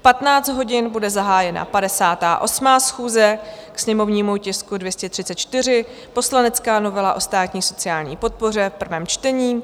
V 15 hodin bude zahájena 58. schůze k sněmovnímu tisku 234, poslanecká novela o státní sociální podpoře, prvé čtení.